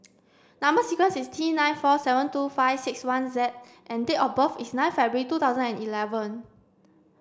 number sequence is T nine four seven two five six one Z and date of birth is nine February two thousand and eleven